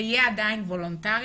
זה עדיין יהיה וולנטרי,